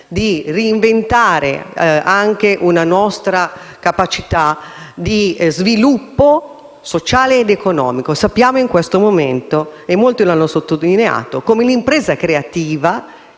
di reinventare anche una nostra capacità di sviluppo sociale ed economico. Sappiamo in questo momento - molti lo hanno sottolineato - come l'impresa creativa,